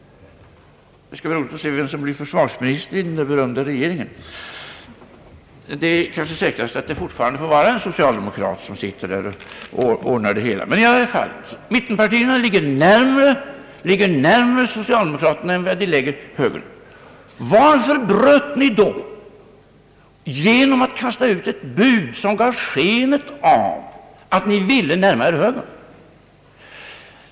Det skall bli roligt att se vem som blir försvarsminister i den berömda regeringen — det är kanske säkrast att det fortfarande får vara en socialdemokrat som ordnar det hela. Mittenpartiernas förslag ligger alltså närmare socialdemokraternas än högerns förslag. Varför bröt ni då överläggningarna genom att kasta ut ett bud, som gav skenet av att ni ville närmare högern?